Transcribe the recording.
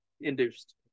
induced